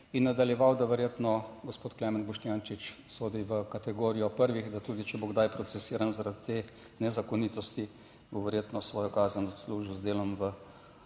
in nadaljeval, da verjetno gospod Klemen Boštjančič sodi v kategorijo prvih, da tudi če bo kdaj procesiran zaradi te nezakonitosti, bo verjetno svojo kazen odslužil z delom v